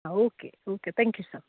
आं okay okay thank you sir